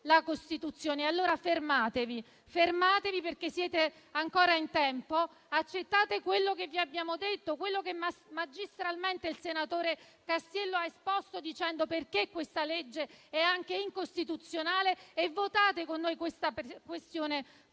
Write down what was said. la Costituzione. Fermatevi, allora, perché siete ancora in tempo. Accettate quello che vi abbiamo detto, quello che magistralmente il senatore Castiello ha esposto, spiegando perché questa legge è anche incostituzionale, e votate con noi a favore